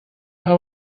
aber